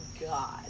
God